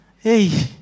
Hey